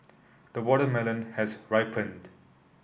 the watermelon has ripened